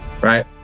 right